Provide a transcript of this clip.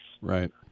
Right